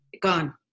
gone